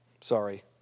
Sorry